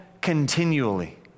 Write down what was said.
continually